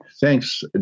thanks